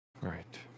Right